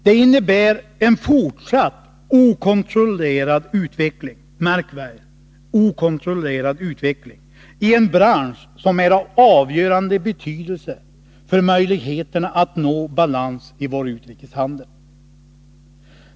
Det innebär en fortsatt okontrollerad utveckling” — märk väl — ”i en bransch som är av avgörande betydelse för möjligheterna att nå balans i vår utrikeshandel.